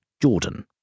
Jordan